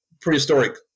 prehistoric